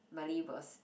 Miley was